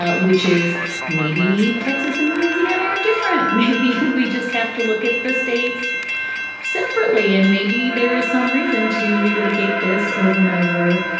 ah which is maybe texas and louisiana are different. maybe we just have to look at the states separately and maybe there is some reason to relitigate this over and over.